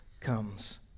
comes